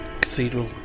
cathedral